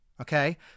okay